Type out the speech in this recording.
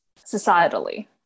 societally